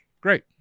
great